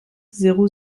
zéro